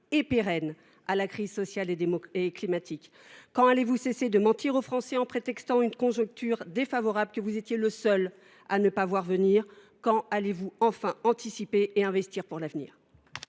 et pérennes à la crise sociale et climatique ? Quand allez vous cesser de mentir aux Français en prétextant une conjoncture défavorable que vous étiez le seul à ne pas voir venir ? Quand allez vous enfin anticiper et investir pour l’avenir ?